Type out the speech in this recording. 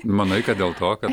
manai kad dėl to kad